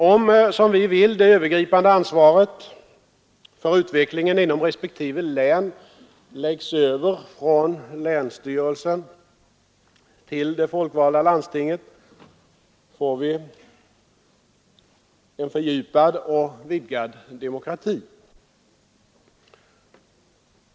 Om — som vi vill — det övergripande ansvaret för utvecklingen inom respektive län läggs över från länsstyrelsen till det folkvalda landstinget, får vi en fördjupad och vidgad demokrati.